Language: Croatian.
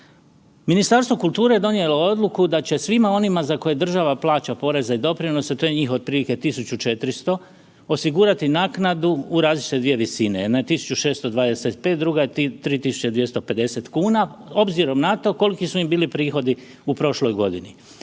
Ministarstvo kulture donijelo je odluku da će svima onima za koje država plaća poreze i doprinose, to je njih otprilike 1400, osigurati naknadu u različite dvije visine. Jedna je 1.625,00, druga je 3.250,00 kn, obzirom na to kolki su im bili prihodi u prošloj godini.